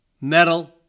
metal